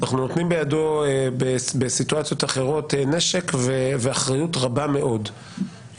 אנחנו נותנים בידו בסיטואציות אחרות נשק ואחריות רבה מאוד,